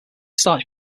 starch